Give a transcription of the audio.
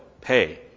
pay